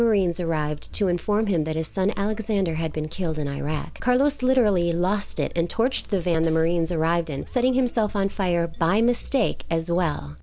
marines arrived to inform him that his son alexander had been killed in iraq carlos literally lost it and torched the van the marines arrived and setting himself on fire by mistake as well